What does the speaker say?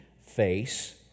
face